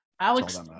Alex